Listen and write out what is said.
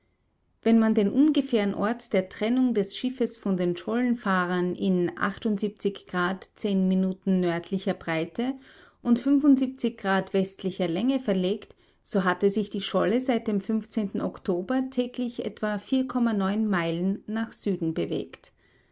wenn man den ungefähren ort der trennung des schiffes von den schollenfahrern in zehn minuten nördlicher breite und grad westlicher länge verlegt so hatte sich die scholle seit dem oktober täglich etwa meilen nach süden bewegt